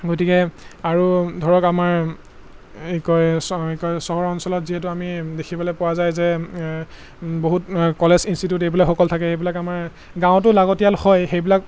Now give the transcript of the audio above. গতিকে আৰু ধৰক আমাৰ এই কি কয় এই কি কয় চহৰ অঞ্চলত যিহেতু আমি দেখিবলৈ পোৱা যায় যে বহুত কলেজ ইনষ্টিটিউট এইবিলাকসকল থাকে এইবিলাক আমাৰ গাঁৱতো লাগতিয়াল হয় সেইবিলাক